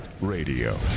Radio